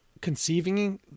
conceiving